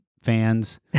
fans